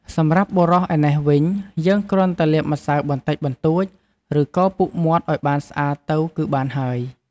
សម្រាប់បុរសឯណេះវិញយើងគ្រាន់តែលាបម្សៅបន្តិចបន្តួច ឬកោរពុកមាត់ឱ្យបានស្អាតទៅគឺបានហើយ។